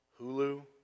Hulu